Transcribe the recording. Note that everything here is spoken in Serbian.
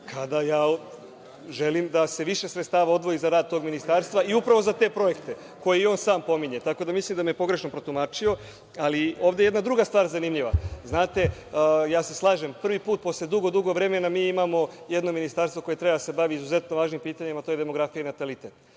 kada ja želim da se više sredstava odvoji za rad tog ministarstva i upravo za te projekte koje i on sam pominje. Tako da, mislim da me je pogrešno protumačio. Ali, ovde je jedna druga stvar zanimljiva. Ja se slažem, prvi put posle dugo, dugo vremena mi imamo jedno ministarstvo koje treba da se bavi izuzetno važnim pitanjima, to je demografija i natalitet.